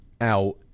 out